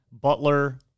Butler